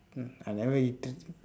mm I have never eaten